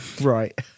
right